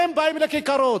הם באים לכיכרות,